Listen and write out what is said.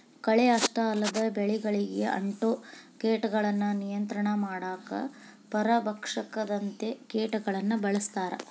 ಕಳೆ ಅಷ್ಟ ಅಲ್ಲದ ಬೆಳಿಗಳಿಗೆ ಅಂಟೊ ಕೇಟಗಳನ್ನ ನಿಯಂತ್ರಣ ಮಾಡಾಕ ಪರಭಕ್ಷಕದಂತ ಕೇಟಗಳನ್ನ ಬಳಸ್ತಾರ